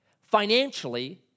financially